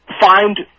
find